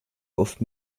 oft